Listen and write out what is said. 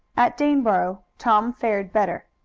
at daneboro tom fared better.